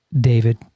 David